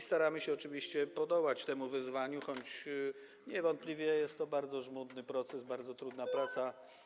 Staramy się oczywiście podołać temu wyzwaniu, choć niewątpliwie jest to bardzo żmudny proces, bardzo trudna praca.